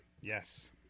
Yes